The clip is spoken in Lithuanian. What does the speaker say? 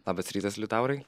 labas rytas liutaurai